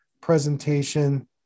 presentation